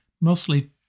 mostly